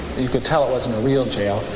you could tell it wasn't a real jail.